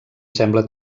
sembla